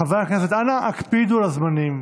חברי הכנסת, אנא הקפידו על הזמנים.